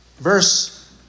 Verse